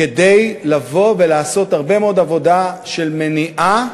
כדי לבוא ולעשות הרבה מאוד עבודה של מניעה,